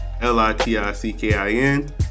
L-I-T-I-C-K-I-N